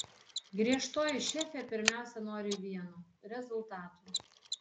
griežtoji šefė pirmiausia nori vieno rezultatų